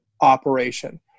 operation